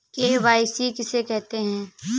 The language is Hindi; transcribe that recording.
के.वाई.सी किसे कहते हैं?